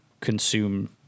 consume